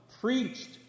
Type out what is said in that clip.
preached